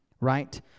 right